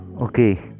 okay